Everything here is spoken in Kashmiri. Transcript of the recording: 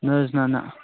نَہ حظ نَہ نَہ